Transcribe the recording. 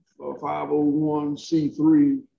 501c3